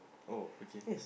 oh okay